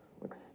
looks